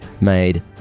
made